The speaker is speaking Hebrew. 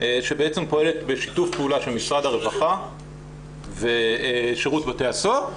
שפועלת בשיתוף פעולה של משרד הרווחה ושירות בתי הסוהר,